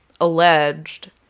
alleged